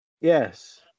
Yes